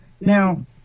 Now